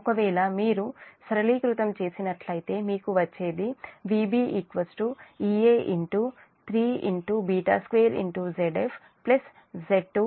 ఒకవేళ మీరు సరళీకృతం చేసినట్లయితే మీకు వచ్చేది Vb Ea 32ZfZ22 βZ02